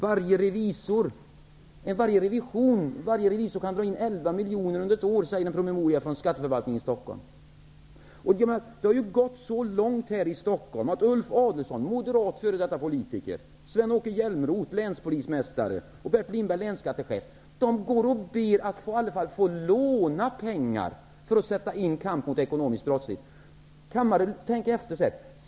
Varje revisor kan dra in 11 miljoner under ett år, säger en promemoria från Det har gått så långt här i Stockholm att Ulf Hjälmroth, länspolismästare, och Bert Lindberg, länsskattechef, går och ber om att i alla få låna pengar för att sätta in kampen mot ekonomisk brottslighet.